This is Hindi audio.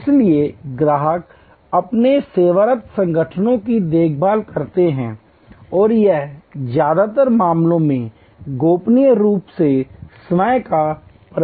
इसलिए ग्राहक अपने सेवारत संगठनों की देखभाल करते हैं और यह ज्यादातर मामलों में गोपनीय रूप से स्वयं का प्रबंधन है